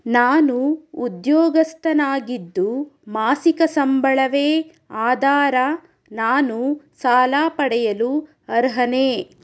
ನಾನು ಉದ್ಯೋಗಸ್ಥನಾಗಿದ್ದು ಮಾಸಿಕ ಸಂಬಳವೇ ಆಧಾರ ನಾನು ಸಾಲ ಪಡೆಯಲು ಅರ್ಹನೇ?